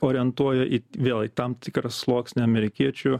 orientuoja į vėlgi tam tikrą sluoksnį amerikiečių